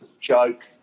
joke